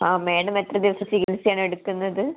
ആ മാഡം എത്ര ദിവസം ചികിത്സ ആണ് എടുക്കുന്നത്